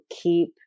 keep